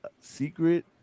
secret